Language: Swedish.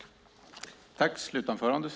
Tack så mycket!